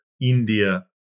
India